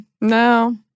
no